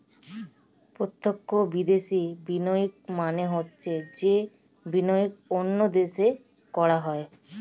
প্রত্যক্ষ বিদেশি বিনিয়োগ মানে হচ্ছে যে বিনিয়োগ অন্য দেশে করা হয়